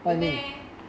real meh